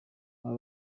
aba